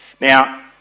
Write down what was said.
Now